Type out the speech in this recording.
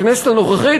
בכנסת הנוכחית,